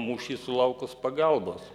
mūšį sulaukus pagalbos